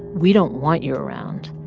we don't want you around.